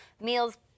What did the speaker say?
meals